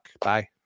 bye